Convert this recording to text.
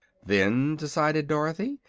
then, decided dorothy,